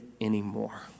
anymore